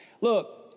look